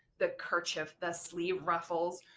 the kerchief, the sleeve ruffles,